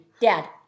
Dad